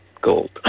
gold